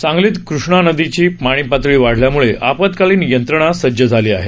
सांगलीत कृष्णा नदीची पाणी पातळी वाढल्याम्ळे आपत्कालीन यंत्रणा सज्ज झाली आहे